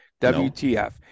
WTF